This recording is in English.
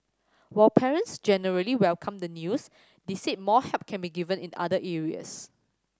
while parents generally welcomed the news they said more help can be given in other areas